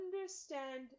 understand